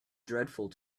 dreadful